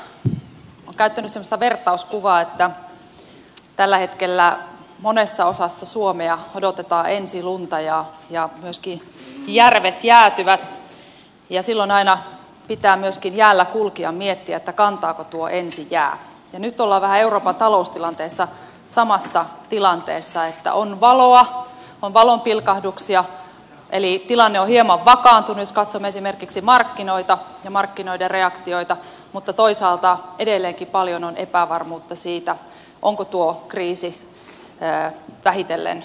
olen käyttänyt semmoista vertauskuvaa että kun tällä hetkellä monessa osassa suomea odotetaan ensilunta ja myöskin järvet jäätyvät ja silloin aina pitää myöskin jäällä kulkijan miettiä kantaako tuo ensijää niin nyt ollaan euroopan taloustilanteessa vähän samassa tilanteessa että on valoa on valonpilkahduksia eli tilanne on hieman vakaantunut jos katsomme esimerkiksi markkinoita ja markkinoiden reaktioita mutta toisaalta edelleenkin paljon on epävarmuutta siitä onko tuo kriisi vähitellen ratkaistu